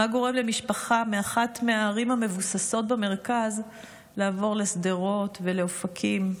מה גורם למשפחה מאחת מהערים המבוססות במרכז לעבור לשדרות ולאופקים?